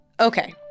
Okay